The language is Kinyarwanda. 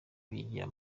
bigira